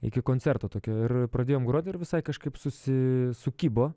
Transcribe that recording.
iki koncerto tokio ir pradėjom groti ir visai kažkaip susi sukibo